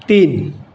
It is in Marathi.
तीन